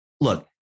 Look